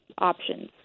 options